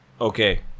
okay